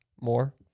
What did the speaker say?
more